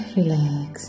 relax